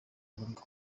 ngombwa